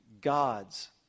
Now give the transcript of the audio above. God's